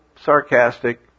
sarcastic